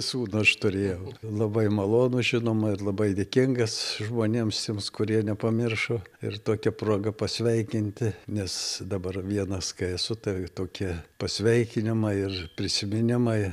sūnų aš turėjau labai malonu žinoma ir labai dėkingas žmonėms tiems kurie nepamiršo ir tokia proga pasveikinti nes dabar vienas kai esu tai tokie pasveikinimai ir prisiminimai